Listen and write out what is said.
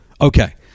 Okay